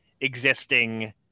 existing